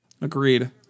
Agreed